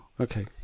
okay